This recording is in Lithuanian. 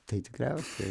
tai tikriausiai